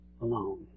alone